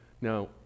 Now